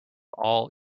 all